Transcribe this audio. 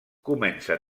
comença